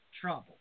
trouble